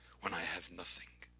when i have nothing,